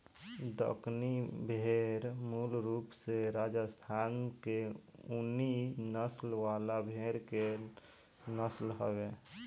दक्कनी भेड़ मूल रूप से राजस्थान के ऊनी नस्ल वाला भेड़ के नस्ल हवे